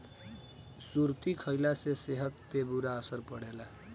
सुरती खईला से सेहत पे बुरा असर पड़ेला